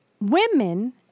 women